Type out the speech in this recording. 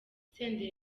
senderi